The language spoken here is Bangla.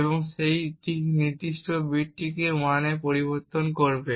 এবং সেই নির্দিষ্ট বিটটিকে 1 এ পরিবর্তন করবে